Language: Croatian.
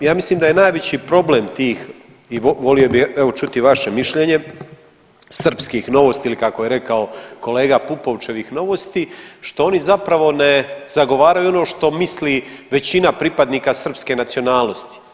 A ja mislim da je najveći problem tih i volio bih evo čuti vaše mišljenje Srpskih novosti ili kako je rekao kolega Pupovčevih novosti što oni zapravo ne zagovaraju ono što misli većina pripadnika srpske nacionalnosti.